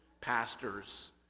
pastors